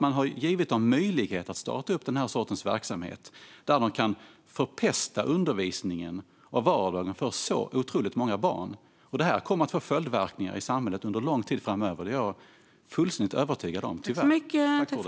Man har gett dem möjlighet att starta denna verksamhet, där de kan förpesta undervisningen och vardagen för otroligt många barn. Detta kommer att få följdverkningar i samhället under lång tid framöver. Det är jag fullständigt övertygad om, tyvärr.